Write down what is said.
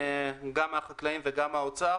גם עם החקלאים וגם עם האוצר,